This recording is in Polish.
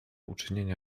uczynienia